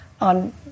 on